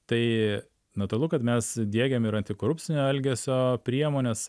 tai natūralu kad mes diegiam ir antikorupcinio elgesio priemones